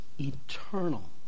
eternal